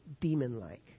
demon-like